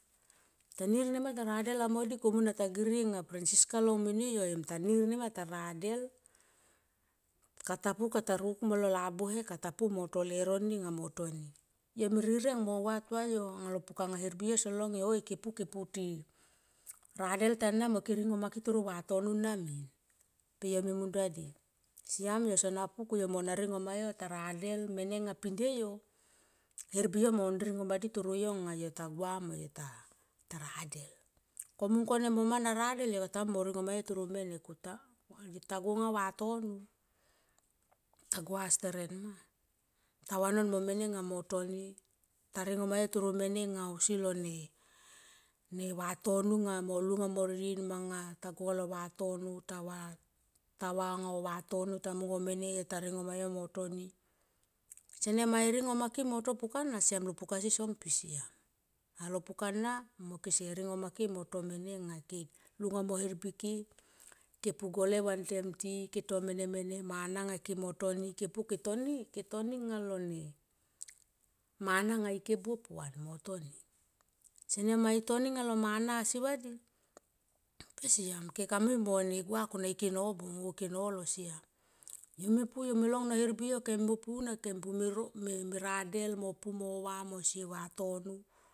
Tanir nema taradel amo di komu na tagirie nga fransica long made yo em tanir nema ta radel. Kata pu kata rokuk molo labuhe ka ta pu mo to leuro ni mo toni. Yome rireng mo gua tua yo alo pukanga hermbi yo son long yo oi keti puti radel tana mo ke ringo ma ke toro vatono na min. Pe yo me munta di siam yo sona pu ku yo mona ringo ma yo ta radel mene nga pin die yo hermbi yo kumon ringo madi toro yo nga yo ta gua mo yo ta radel, ko mung kone yo moma na radel kata mui mo ringo ma yo toro mene. Ta go nga vatono ta gua steret ma ta vanon mo mene anga mo toni ta ringo ma yo toro mene nga ausi lone, ne vatono mo lunga mo rien. Manga ta gua lo vatono ta va nga oh vatono ta mung oh mene ta ringo ma yo mo toni. Sene ma i rengo make mo to pukana siam lo puka si som mpi so siam alo puka na kese ringo make mo to mene nga ike lunga mo hermbi ke, ke pu gole vantem ti ke to mene mene mana nga ke mo toni ke po ke toni anga lone mana nga ike buop van mo toni sene ma i toni lo mana si vadik pe siam ke ka mui mo ne gua kon ike nobung on ke nolo siam yo me pu yo me long no hermbiyo na kem pu me radel mo pu mo va mo se e vatono.